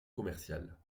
commerciale